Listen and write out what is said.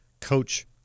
coach